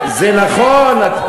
זה נכון.